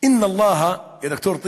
(אומר דברים בערבית